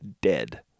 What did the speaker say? dead